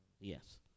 Yes